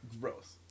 Gross